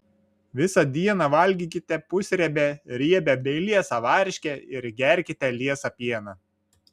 visą dieną valgykite pusriebę riebią bei liesą varškę ir gerkite liesą pieną